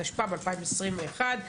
התשפ"ב-2021,